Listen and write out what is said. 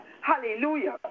Hallelujah